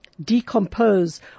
decompose